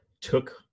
took